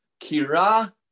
Kira